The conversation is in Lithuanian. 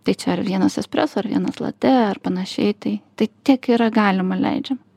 tai čia ar vienas espreso ar vienas latė ar panašiai tai tai tiek yra galima leidžiama